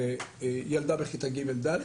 בילדה בכיתה ג', ד',